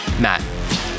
Matt